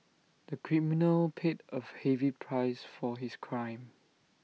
the criminal paid A heavy price for his crime